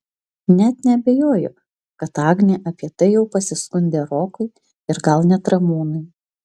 net neabejoju kad agnė apie tai jau pasiskundė rokui ir gal net ramūnui